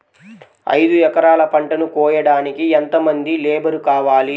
ఐదు ఎకరాల పంటను కోయడానికి యెంత మంది లేబరు కావాలి?